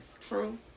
True